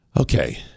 okay